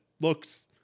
looks